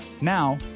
Now